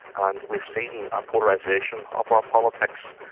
and we've seen a polarisation of our politics,